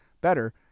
better